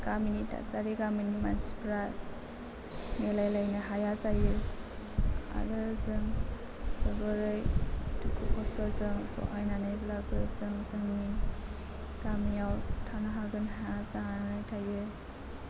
गामिनि थासारि गामिनि मानसिफोरा मिलाय लायनो हाया जायो आरो जों जोबोरै दुखु खस्त'जों सहायनानैब्लाबो जों जोंनि गामियाव थानो हागोन हाया जानानै थायो